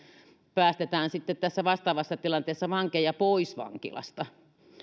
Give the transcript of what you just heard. päästetään sitten vastaavassa tilanteessa vankeja pois vankilasta